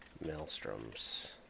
maelstroms